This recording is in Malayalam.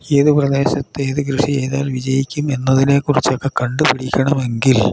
ഏതു പ്രദേശത്തേത് കൃഷി ചെയ്താൽ വിജയിക്കും എന്നതിനെക്കുറിച്ചൊക്കെ കണ്ടുപിടിക്കണമെങ്കിൽ